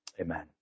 Amen